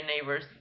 neighbors